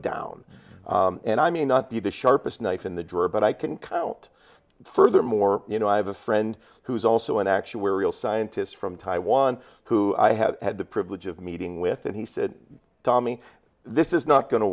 down and i may not be the sharpest knife in the drawer but i can count furthermore you know i have a friend who is also an actuarial scientist from taiwan who i have had the privilege of meeting with and he said tommy this is not go